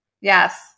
yes